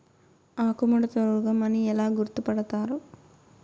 ఆకుముడత రోగం అని ఎలా గుర్తుపడతారు?